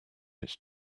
its